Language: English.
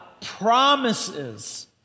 promises